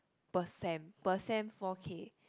per sem per sem four K